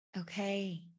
okay